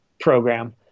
program